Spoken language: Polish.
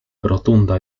rotunda